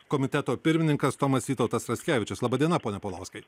komiteto pirmininkas tomas vytautas raskevičius laba diena pone paulauskai